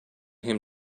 him